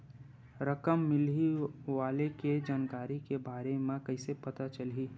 रकम मिलही वाले के जानकारी के बारे मा कइसे पता चलही?